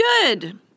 Good